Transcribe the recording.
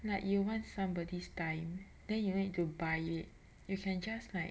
like you want somebody's time then you need to buy it you can just like